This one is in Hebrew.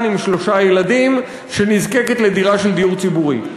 עם שלושה ילדים שנזקקת לדירה של דיור ציבורי,